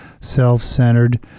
self-centered